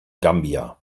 gambia